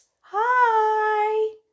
hi